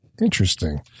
Interesting